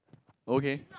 okay